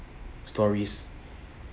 stories